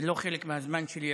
זה לא חלק מהזמן שלי,